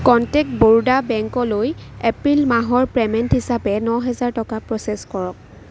contact Baroda বেংকলৈ April মাহৰ payment হিচাপে নহাজাৰ টকা প্ৰচেছ কৰক